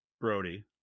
Brody